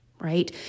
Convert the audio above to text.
right